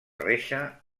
reixa